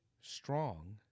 strong